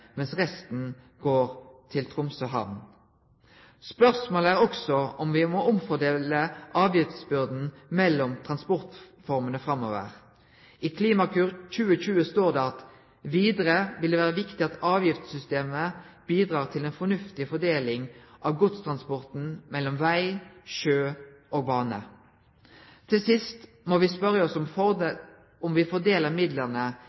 mens resten går til Tromsø hamn. Spørsmålet er også om me må omfordele avgiftsbyrden mellom transportformene framover. I Klimakur 2020 står det: «Avgiftssystemene kan bidra til en fornuftig fordeling av godstransporten mellom veg, sjø og bane.» Dette er viktig. Til sist må vi spørje oss om me fordeler midlane